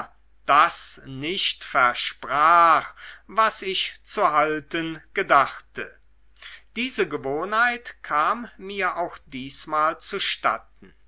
das nicht versprach was ich zu halten gedachte diese gewohnheit kam mir auch diesmal zustatten